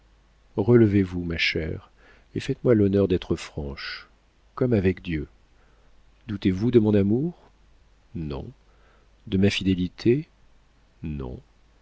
relevez-vous ma chère et faites-moi l'honneur d'être franche comme avec dieu doutez-vous de mon amour non de ma fidélité non